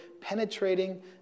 penetrating